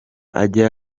ajya